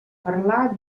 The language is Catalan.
parlar